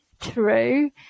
true